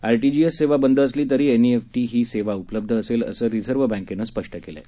RTGS सेवा बंद असली तरी एनईएफटी ही सेवा उपलब्ध असेल असं रिझर्व्ह बँकेनं स्पष्ट केलं आहे